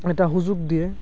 এটা সুযোগ দিয়ে